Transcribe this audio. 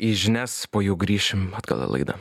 į žinias po jų grįšim atgal į laidą